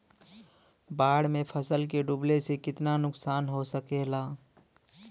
बाढ़ मे फसल के डुबले से कितना नुकसान हो सकेला?